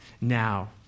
now